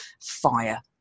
fire